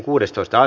asia